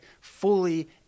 fully